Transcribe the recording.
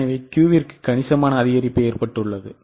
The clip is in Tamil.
எனவே Q க்கு கனிசமான அதிகரிப்பு உள்ளது